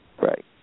Right